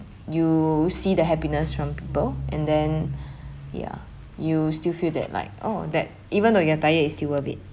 you see the happiness from people and then ya you still feel that like oh that even though you are tired it's still worth it